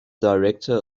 director